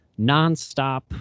nonstop